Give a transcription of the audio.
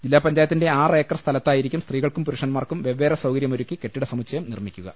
ജില്ലാപഞ്ചായത്തിന്റെ ആറ് ഏക്കർ സ്ഥലത്തായിരിക്കും സ്ത്രീകൾക്കും പുരുഷന്മാർക്കും വെവ്വേറെ സൌകര്യമൊരുക്കി കെട്ടിട സമുച്ചയം നിർമ്മിക്കുക